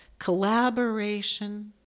collaboration